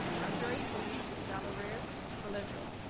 adre filipe valerio belejo